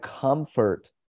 comfort